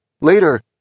Later